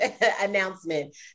announcement